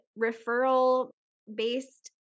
referral-based